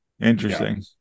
Interesting